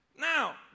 Now